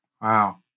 Wow